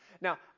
Now